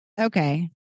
Okay